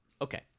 Okay